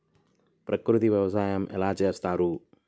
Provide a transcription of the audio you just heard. ప్రకృతి వ్యవసాయం ఎలా చేస్తారు?